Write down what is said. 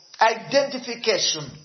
identification